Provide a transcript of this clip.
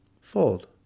Fold